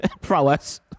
prowess